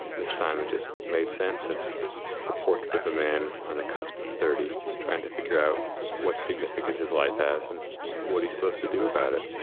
and this time it just made sense as the portrait of a man on the cusp of thirty trying to figure out what significance his life has and what he's supposed to do about it.